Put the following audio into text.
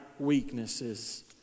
weaknesses